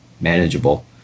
manageable